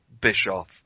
Bischoff